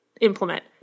implement